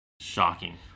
Shocking